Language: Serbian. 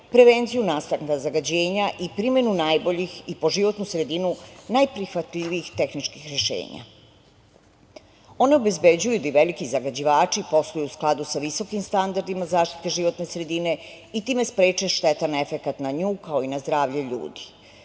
prevenciju nastanka zagađenja i primenu najboljih i po životnu sredinu najprihvatljivijih tehničkih rešenja. One obezbeđuju da i veliki zagađivači posluju u skladu sa visokim standardima zaštite životne sredine i time spreče štetan efekat na nju, kao i na zdravlje ljudi.